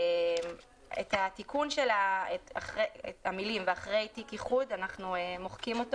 את התיקון של המילים "ואחרי תיק איחוד" אנחנו מוחקים,